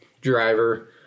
driver